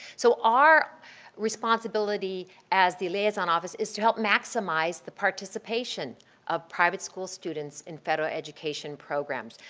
so our responsibility as the liaison office is to help maximize the participation of private school students in federal education programs.